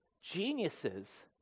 geniuses